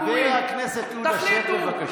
חבר הכנסת עודה, חבר הכנסת עודה, שב, בבקשה.